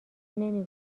نمی